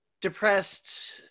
depressed